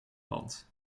land